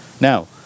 Now